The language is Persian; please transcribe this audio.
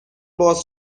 باز